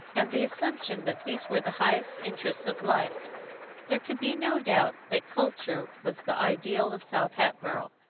and the assumption that these were the highest interests of life there could be no doubt that culture was the ideal of south hatboro',